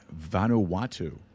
Vanuatu